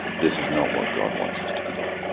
this is not what god wants us to be doing.